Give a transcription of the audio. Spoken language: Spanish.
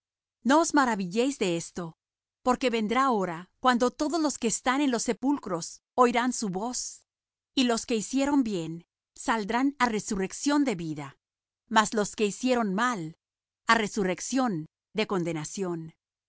os maravilléis de esto porque vendrá hora cuando todos los que están en los sepulcros oirán su voz y los que hicieron bien saldrán á resurrección de vida mas los que hicieron mal á resurrección de condenación